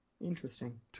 Interesting